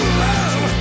love